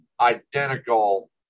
identical